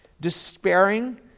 Despairing